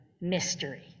MYSTERY